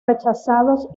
rechazados